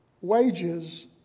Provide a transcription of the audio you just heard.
wages